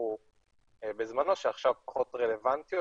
שנלקחו בזמנו שעכשיו פחות רלוונטיות